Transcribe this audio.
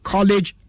College